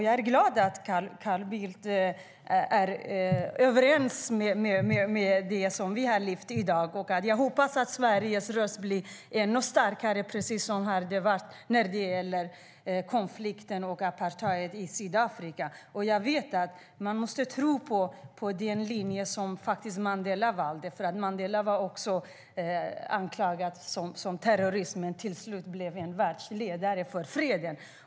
Jag är glad att Carl Bildt är överens om det som vi har lyft fram i dag, och jag hoppas att Sveriges röst blir ännu starkare, på samma sätt som under apartheidtiden i Sydafrika. Man måste tro på den linje som Mandela valde. Också Mandela stod anklagad som terrorist men blev till slut en världsledare för freden.